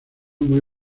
muy